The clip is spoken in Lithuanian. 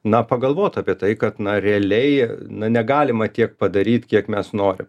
na pagalvot apie tai kad na realiai na negalima tiek padaryt kiek mes norim